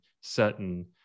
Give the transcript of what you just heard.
certain